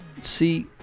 See